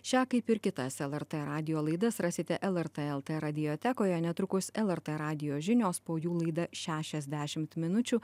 šią kaip ir kitas lrt radijo laidas rasite lrt lt radiotekoje netrukus lrt radijo žinios po jų laida šešiasdešimt minučių